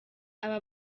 aba